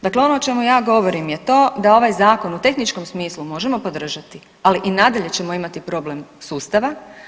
Dakle ono o čemu ja govorim je to da ovaj Zakon u tehničkom smislu možemo podržati, ali i nadalje ćemo imati problem sustava.